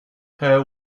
her